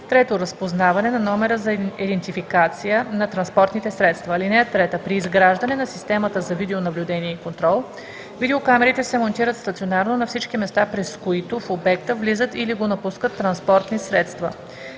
3. разпознаване на номера за идентификация на транспортните средства. (3) При изграждане на системата за видеонаблюдение и контрол, видеокамерите се монтират стационарно на всички места, през които в обекта влизат или го напускат транспортни средства.